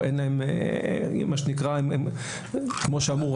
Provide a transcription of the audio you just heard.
כמו שאמרו,